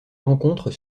rencontres